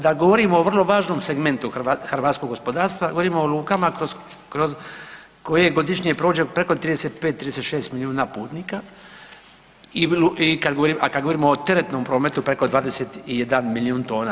Da govorimo o vrlo važnom segmentu hrvatskog gospodarstva, govorimo o lukama kroz koje godišnje prođe preko 35, 36 milijuna putnika i kad, a kad govorimo o teretnom prometu, preko 21 milijun tona.